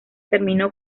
terminó